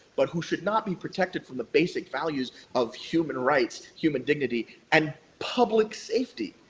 but who should not be protected from the basic values of human rights, human dignity and public safety.